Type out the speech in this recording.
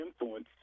influence